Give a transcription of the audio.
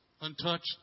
untouched